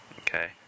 okay